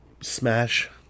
smash